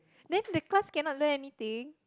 then the class cannot learn anything